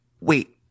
Wait